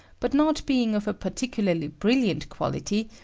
but not being of a particularly brilliant quality,